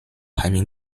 排名